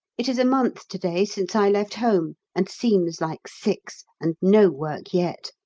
it is a month to-day since i left home, and seems like six, and no work yet.